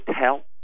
tell